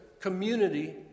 community